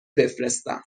بفرستم